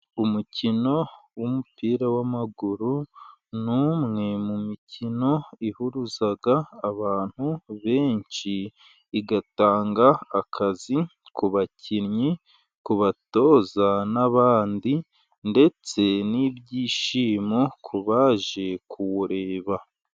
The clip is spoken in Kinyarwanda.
Umukino w'umupira w'amaguru ni umwe mu mikino ihuruza abantu benshi, igatanga akazi ku bakinnyi ku batoza n'abandi ndetse n'ibyishimo ku baje kuwureba.